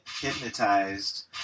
hypnotized